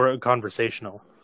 conversational